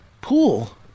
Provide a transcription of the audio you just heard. pool